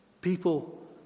People